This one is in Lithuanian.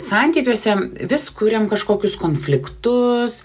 santykiuose vis kūriam kažkokius konfliktus